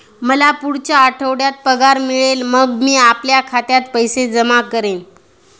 मला पुढच्या आठवड्यात पगार मिळेल मग मी आपल्या खात्यात पैसे जमा करेन